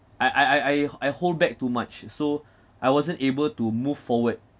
I I I I I hold back too much so I wasn't able to move forward